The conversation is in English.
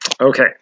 Okay